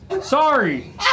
Sorry